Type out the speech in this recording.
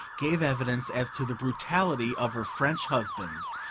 gave evidence as to the brutality of her french husband,